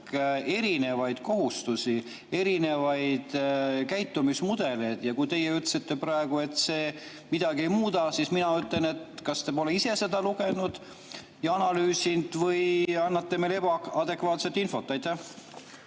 erinevaid kohustusi, erinevaid käitumismudeleid. Kui teie ütlesite praegu, et see midagi ei muuda, siis mina ütlen, et te kas pole ise seda lugenud ja analüüsinud või annate meile ebaadekvaatset infot. Aitäh!